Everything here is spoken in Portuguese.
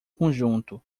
conjunto